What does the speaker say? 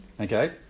okay